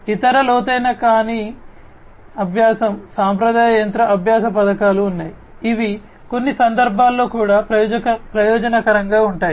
ఇతర లోతైన కాని అభ్యాసం సాంప్రదాయ యంత్ర అభ్యాస పథకాలు ఉన్నాయి ఇవి కొన్ని సందర్భాల్లో కూడా ప్రయోజనకరంగా ఉంటాయి